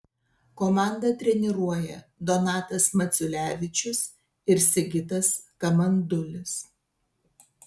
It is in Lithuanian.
komandą treniruoja donatas maciulevičius ir sigitas kamandulis